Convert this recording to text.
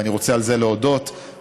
ואני רוצה להודות על זה,